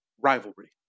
Rivalry